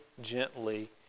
gently